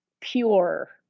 pure